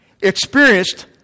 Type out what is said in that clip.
experienced